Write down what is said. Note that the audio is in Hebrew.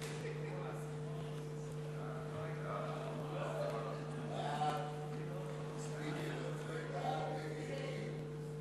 ההצעה להעביר את הצעת חוק-יסוד: נשיא המדינה (תיקון מס' 10)